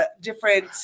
different